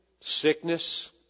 Sickness